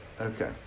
Okay